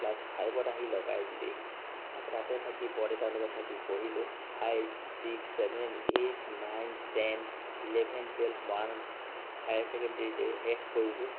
class ফাইভত আহি লগাই দিলেহি তাৰপৰা তাতে থাকি বৰদেউতা লগত থাকি পঢ়িলো five six seven eight nine ten eleven twelve মৰাণত হায়াৰ ছেকেণ্ডেৰীতে শেষ কৰিলো